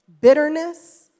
bitterness